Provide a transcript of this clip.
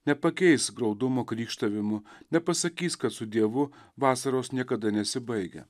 nepakeis graudumo krykštavimų nepasakys kad su dievu vasaros niekada nesibaigia